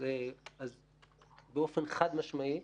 אז באופן חד-משמעי,